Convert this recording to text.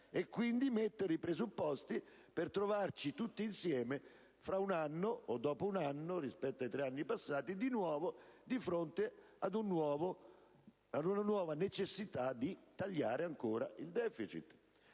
creando i presupposti per trovarci tutti insieme, fra un anno o dopo un anno, rispetto ai tre anni passati, di nuovo di fronte alla necessità di tagliare ancora il deficit.